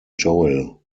joel